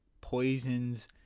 poisons